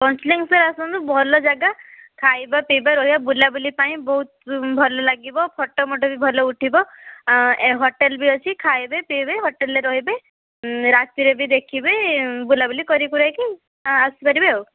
ପଞ୍ଚଲିଙ୍ଗେଶ୍ୱର ଆସନ୍ତୁ ଭଲ ଜାଗା ଖାଇବା ପିଇବା ରହିବା ବୁଲାବୁଲି ପାଇଁ ବହୁତ ଭଲ ଲାଗିବ ଫଟୋ ମଟ ବି ଭଲ ଉଠିବ ହୋଟେଲ୍ ବି ଅଛି ଖାଇବେ ପିଇବେ ହୋଟେଲ୍ରେ ରହିବେ ରାତିରେ ବି ଦେଖିବେ ବୁଲାବୁଲି କରିକୁରାକି ଆସିପାରିବେ ଆଉ